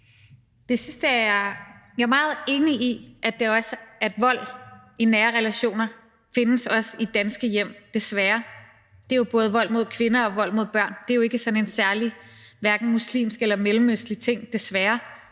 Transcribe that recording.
Lund (EL): Jeg er meget enig i, at vold i nære relationer også findes i danske hjem, desværre. Det er jo både vold mod kvinder og vold mod børn. Det er jo ikke sådan en særlig muslimsk eller mellemøstlig ting at